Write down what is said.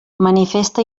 manifesta